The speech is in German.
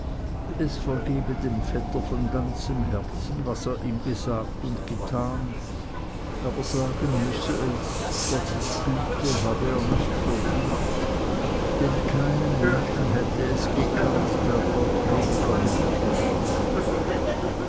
es vergebe dem vetter von ganzem herzen alles was er ihm gesagt und getan aber sagen müsse es gottes güte habe er nicht verdient denn keinen menschen hätte es gekannt der gott weniger